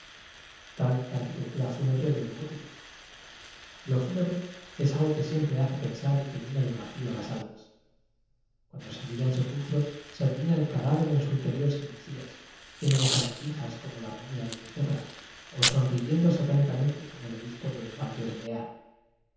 la arquitectura fúnebre de los góticos lo tenebre es algo que siempre hace pensar y que llena de vacío a las almas cuando se teira un sepulcro se adivina el cadáver en su interior sin encías lleno se sabandijas como la momia de becerra o sonriyendo satánicamente como el obispo de valdés lear